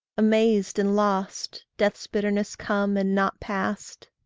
amazed and lost death's bitterness come and not passed?